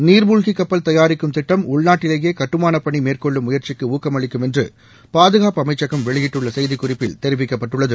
நீர்மூழ்கி கப்பல் தயாரிக்கும் திட்டம் உள்நாட்டிலேயே கட்டுமானப்பணி மேற்கொள்ளும் முயற்சிக்கு ஊக்கமளிக்கும் என்று பாதுகாப்பு அமைச்சகம் வெளியிட்டுள்ள செய்திக் குறிப்பில் தெரிவிக்கப்பட்டுள்ளது